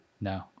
No